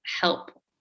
help